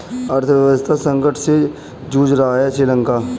अर्थव्यवस्था संकट से जूझ रहा हैं श्रीलंका